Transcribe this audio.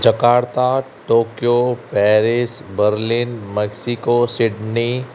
Jakarta Tokyo Paris Berlin Mexico Sydney